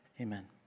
Amen